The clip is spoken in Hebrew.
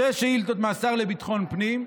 שש שאילתות לשר לביטחון פנים,